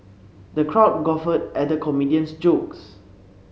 the crowd guffawed at the comedian's jokes